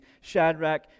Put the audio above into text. Shadrach